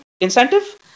incentive